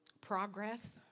progress